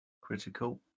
critical